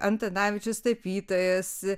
antanavičius tapytojas